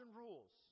rules